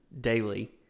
daily